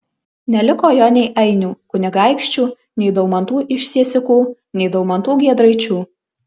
neliko jo nei ainių kunigaikščių nei daumantų iš siesikų nei daumantų giedraičių